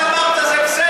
מה שעכשיו אמרת זה בסדר.